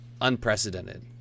unprecedented